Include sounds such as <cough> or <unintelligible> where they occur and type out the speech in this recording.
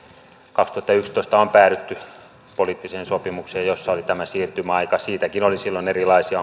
kaksituhattayksitoista on päädytty poliittiseen sopimukseen jossa oli tämä siirtymäaika siitäkin oli silloin erilaisia <unintelligible>